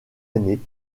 année